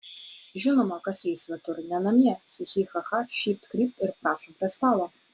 žinoma kas jai svetur ne namie chi chi cha cha šypt krypt ir prašom prie stalo